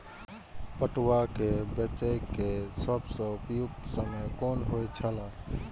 पटुआ केय बेचय केय सबसं उपयुक्त समय कोन होय छल?